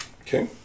okay